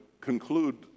conclude